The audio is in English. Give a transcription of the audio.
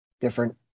different